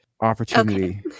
opportunity